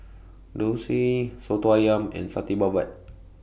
Dosa Soto Ayam and Satay Babat